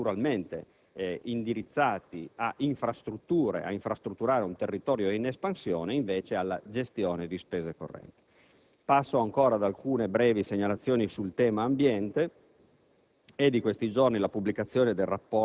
che possono utilizzare fondi, che invece dovrebbero essere naturalmente indirizzati ad infrastrutturare un territorio in espansione, alla gestione di spese correnti. Passo ad alcune brevi segnalazioni sul tema dell'ambiente.